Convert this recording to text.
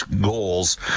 goals